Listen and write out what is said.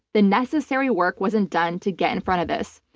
the necessary work wasn't done to get in front of this.